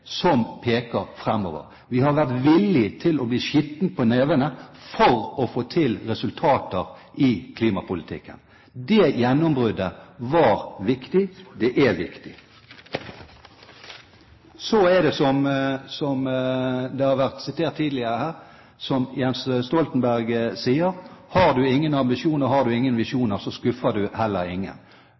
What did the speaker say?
som peker framover. Vi har vært villige til å bli skitne på nevene for å få til resultater i klimapolitikken. Det gjennombruddet var viktig – det er viktig. Så er det, som Jens Stoltenberg sier, og som det har vært referert tidligere her: Har du ingen ambisjoner, har du ingen visjoner, så skuffer du heller ingen.